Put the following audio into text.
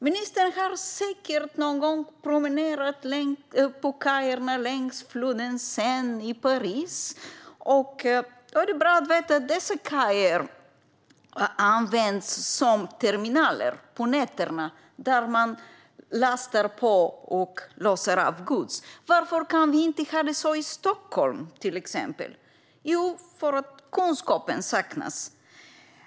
Ministern har säkert någon gång promenerat på kajerna längs floden Seine i Paris. Då är det bra att veta att dessa kajer nattetid används som terminaler där man lastar och lossar gods. Varför kan vi inte ha det så i till exempel Stockholm? Jo, därför att kunskapen saknas.